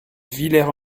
villers